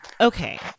Okay